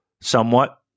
somewhat